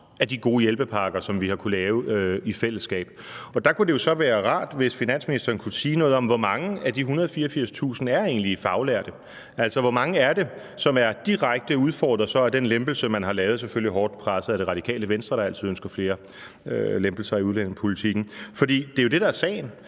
af de gode hjælpepakker, som vi har kunnet lave i fællesskab. Der kunne det så være rart, hvis finansministeren kunne sige noget om, hvor mange af de 184.000 der egentlig er faglærte. Altså, hvor mange er det, som er direkte udfordret af den lempelse, man har lavet – selvfølgelig hårdt presset af Det Radikale Venstre, der altid ønsker flere lempelser i udlændingepolitikken? For det er jo det, der er sagen: